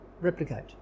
replicate